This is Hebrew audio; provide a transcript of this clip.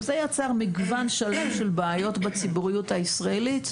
זה יצר מגוון שלם של בעיות בציבוריות הישראלית,